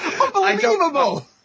Unbelievable